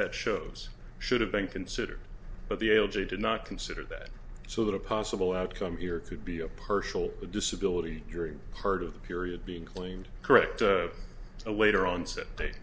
that shows should have been considered but the l g did not consider that so that a possible outcome here could be a partial disability during part of the period being claimed correct a later on set date